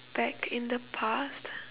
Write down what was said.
back in the past